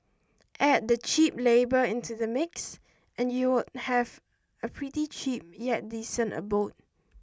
add the cheap labour into the mix and you'd have a pretty cheap yet decent abode